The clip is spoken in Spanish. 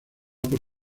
por